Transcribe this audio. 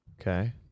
Okay